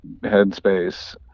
headspace